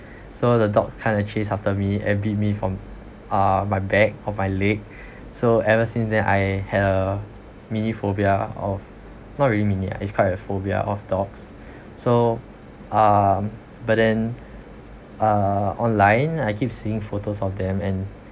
so the dog come and chase after me and bit from uh my back on my leg so ever since then I had a mini phobia of not really mini ah it's quite a phobia of dogs so uh but then uh online I keep seeing photos of them and